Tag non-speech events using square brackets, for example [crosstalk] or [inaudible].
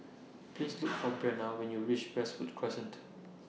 Please [noise] Look For Brenna when YOU REACH Westwood Crescent